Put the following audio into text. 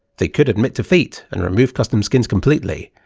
they could admit defeat, and remove custom skins completely.